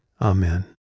Amen